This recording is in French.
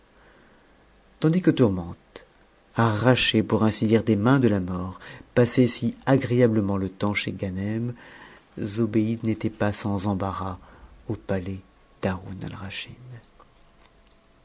tandis que tourmente arrachée pour ainsi dire des mains de la mort passait si agréablement le temps chez ganem zobéide n'était pas sans embarras au palais d'haroun airaschid